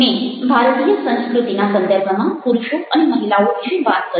મેં ભારતીય સંસ્કૃતિના સંદર્ભમાં પુરુષો અને મહિલાઓ વિશે વાત કરી